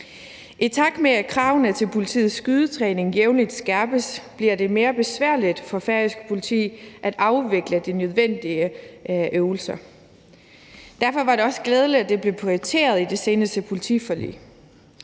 I takt med at kravene til politiets skydetræning jævnligt skærpes, bliver det mere besværligt for færøsk politi at afvikle de nødvendige øvelser. Derfor var det også glædeligt, at det blev prioriteret i det seneste politiforlig,